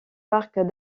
parc